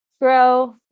grow